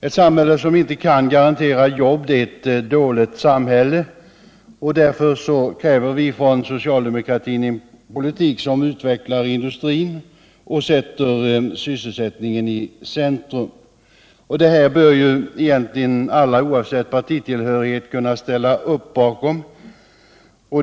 Ett samhälle som inte kan garantera jobb är ett dåligt samhälle, och därför kräver vi från socialdemokratin en politik som utvecklar industrin och sätter sysselsättningen i centrum. Det här bör egentligen alla oavsett partitillhörighet kunna ställa upp bakom.